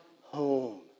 home